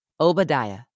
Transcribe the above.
Obadiah